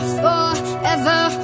forever